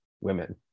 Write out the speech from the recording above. women